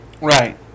Right